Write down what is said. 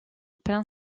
plein